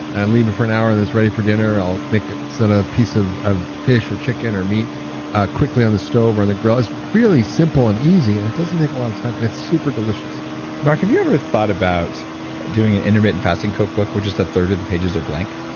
and leave it for an hour then it's ready for dinner. i'll set a piece of of fish, or chicken, or meat quickly on the stove or on and the grill. it's really simple and easy, and it doesn't take a lot of time, and it's super delicious mark, have you ever thought about doing an intermittent fasting cookbook where just a third of the pages are blank?